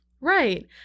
right